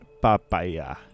Papaya